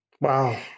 Wow